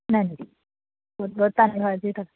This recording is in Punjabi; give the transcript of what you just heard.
ਹਾਂਜੀ ਬਹੁਤ ਬਹੁਤ ਧੰਨਵਾਦ ਜੀ ਤੁਹਾਡਾ